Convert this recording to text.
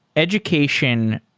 education